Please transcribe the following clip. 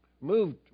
Moved